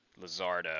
Lizardo